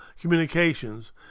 communications